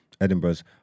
Edinburgh's